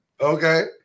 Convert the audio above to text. Okay